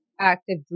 active